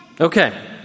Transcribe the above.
Okay